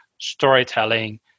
storytelling